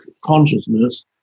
consciousness